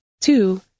Two